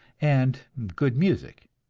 and good music.